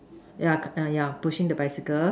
yeah err yeah pushing the bicycle